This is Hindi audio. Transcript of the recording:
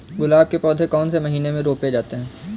गुलाब के पौधे कौन से महीने में रोपे जाते हैं?